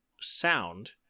sound